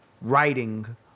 writing